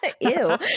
Ew